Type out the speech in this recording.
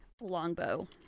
Longbow